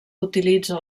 utilitza